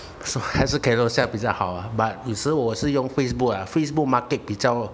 还是 Carousell 比较好啊 but 又是我是用 Facebook ah Facebook market 比较